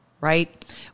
Right